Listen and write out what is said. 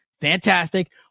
Fantastic